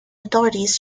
authorities